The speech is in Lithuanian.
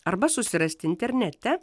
arba susirasti internete